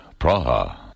Praha